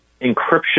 encryption